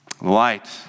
Light